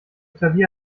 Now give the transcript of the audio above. klavier